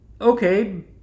Okay